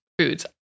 foods